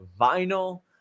vinyl